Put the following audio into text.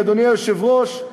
אדוני היושב-ראש,